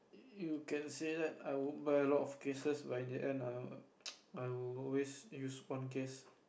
you can say that I won't buy a lot of cases but in the end ah I will always use one case